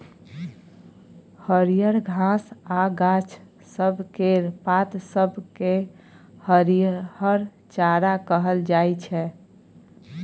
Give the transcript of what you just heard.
हरियर घास आ गाछ सब केर पात सब केँ हरिहर चारा कहल जाइ छै